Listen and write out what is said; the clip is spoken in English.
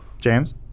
James